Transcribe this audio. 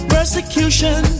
Persecution